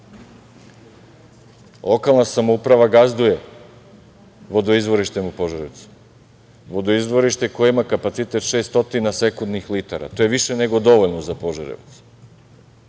Lokalna samouprava gazduje vodoizvorištem u Požarevcu, vodoizvorište koje ima kapacitet 600 sekudinih litara, to je više nego dovoljno za Požarevac.